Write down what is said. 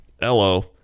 Hello